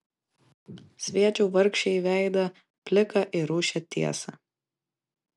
sviedžiau vargšei į veidą pliką ir rūsčią tiesą